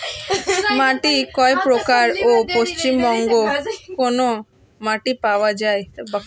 মাটি কয় প্রকার ও পশ্চিমবঙ্গ কোন মাটি পাওয়া য়ায়?